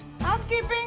Housekeeping